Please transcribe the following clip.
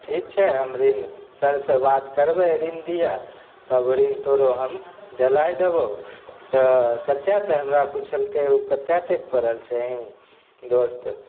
ठीक छै हमरी सर से बात करबय ऋण दिया तब ऋण तोरो हम देलाय देबहु तऽ कते तऽ हमरा पुछलकय उ कते तक पढ़ल छिही दोस्त